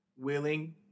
willing